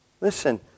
Listen